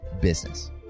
business